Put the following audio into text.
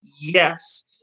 Yes